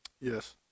Yes